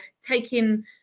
taking